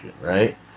right